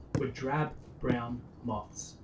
were drab, brown moths,